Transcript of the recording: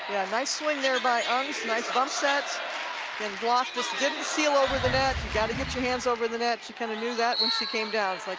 nice swing there by ungs, nice bump set and block just didn't steal over the net you got to get your hands over the net. she kind of knew that when she came down, like